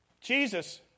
Jesus